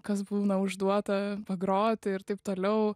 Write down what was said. kas būna užduota pagroti ir taip toliau